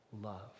love